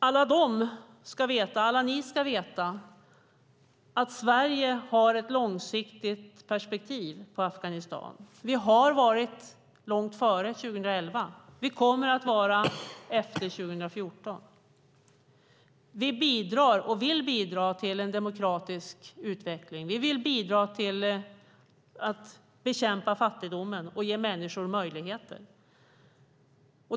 Alla ni ska veta att Sverige har ett långsiktigt perspektiv på Afghanistan, långt före 2011 och långt efter 2014. Vi bidrar och vill bidra till en demokratisk utveckling. Vi vill bidra till att bekämpa fattigdomen och ge människor möjligheter.